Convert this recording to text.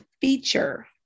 feature